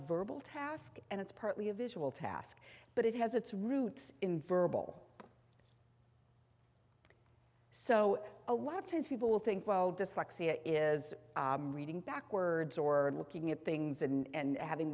verbal task and it's partly a visual task but it has its roots in verbal so a lot of times people think well dyslexia is reading backwards or looking at things and having